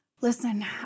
listen